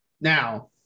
Now